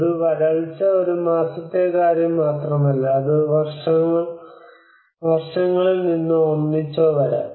ഒരു വരൾച്ച ഒരു മാസത്തെ കാര്യം മാത്രമല്ല അത് വർഷങ്ങളിൽ നിന്നോ ഒന്നിച്ചോ വരാം